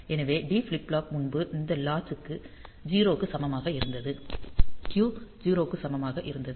எனவே D flip flop முன்பு இந்த லாட்சு 0 க்கு சமமாக இருந்தது Q 0 க்கு சமமாக இருந்தது